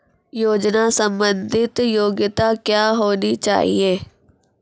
योजना संबंधित योग्यता क्या होनी चाहिए?